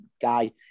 guy